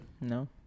no